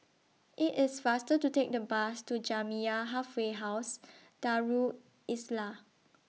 IT IS faster to Take The Bus to Jamiyah Halfway House Darul Islah